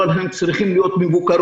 אבל הן צריכות להיות מבוקרות.